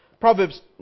Proverbs